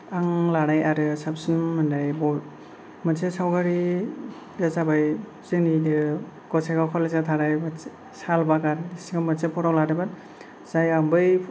आं लानाय आरो साबसिन मोननाय मोनसे सावगारिया जाबाय जोंनिनो गसाइगाव कलेजाव थानाय मोनसे साल बागान सिङाव मोनसे फट' लादोंमोन जाय आं बै